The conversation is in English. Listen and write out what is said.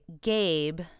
Gabe